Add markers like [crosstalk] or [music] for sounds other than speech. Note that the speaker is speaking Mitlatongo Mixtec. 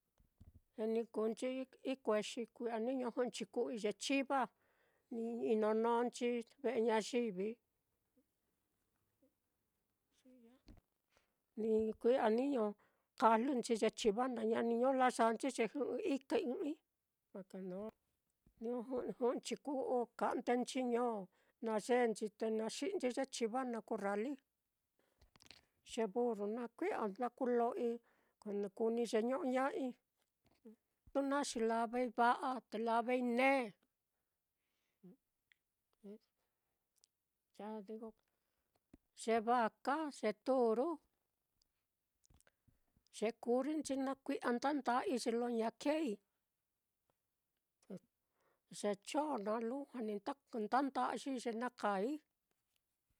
Ye ni kuunchi ikuexi, kui'a niño jɨꞌɨnchi ku'u i'i ye chiva, ni inonónchi ve'e ñayivi, [noise] kui'a niño kajlɨnchi ye chiva naá, ña niño layaanchi ye jɨꞌɨ ikai ɨ́ɨ́n ɨ́ɨ́n-i, niño jɨꞌɨnchi ku'u, ka'ndenchi ño, nayenchi te naxi'inchi ye chiva naá kurrali, ye burru naá kui'a nda kuulo'oi kuu níi ye ño'oña'ai, na xi lavai va'a te lavai nēē, [noise] ye vaka, ye turu, [noise] ye kurinchi naá kui'a nda nda'yii ye lo ña keei, [noise] ye chon naá lujua ni nda nda'yii ye na kaai.